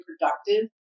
productive